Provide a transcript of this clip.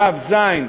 ו' וז',